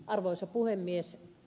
arvoisa puhemies